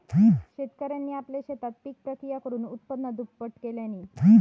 शेतकऱ्यांनी आपल्या शेतात पिक प्रक्रिया करुन उत्पन्न दुप्पट केल्यांनी